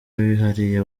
wihariye